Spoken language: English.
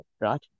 right